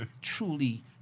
truly